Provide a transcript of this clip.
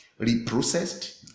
reprocessed